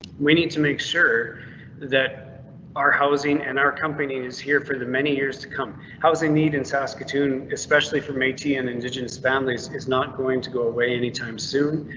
we need to make sure that our housing and our companies here for the many years to come housing need in saskatoon, especially from atn indigenous families, is not going to go away anytime soon.